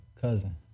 cousin